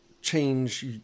change